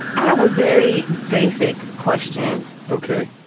i have a very basic question. ok.